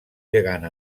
gegant